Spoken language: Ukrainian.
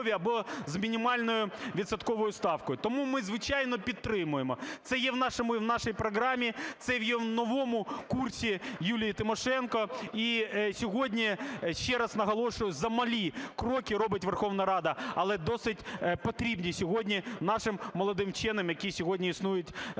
Тому ми, звичайно, підтримуємо, це є в нашому і в нашій програмі, це є в новому курсі Юлії Тимошенко. І сьогодні, ще раз наголошую, замалі кроки робить Верховна Рада, але досить потрібні сьогодні нашим молодим вченим, які сьогодні існують і